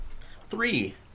Three